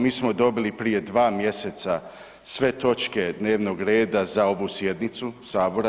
Mi smo dobili prije dva mjeseca sve točke dnevnoga reda za ovu sjednicu Sabora.